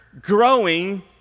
growing